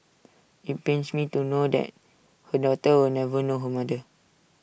IT pains me to know that her daughter will never know her mother